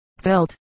Felt